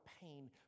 pain